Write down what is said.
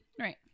right